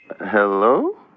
Hello